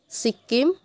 Sikkim